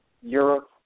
Europe